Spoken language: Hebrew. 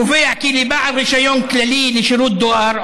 קובע כי לבעל רישיון כללי לשירות דואר,